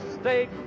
state